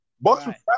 Bucks